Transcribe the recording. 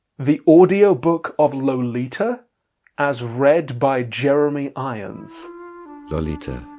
the audiobook of lolita as read by jeremy irons lolita,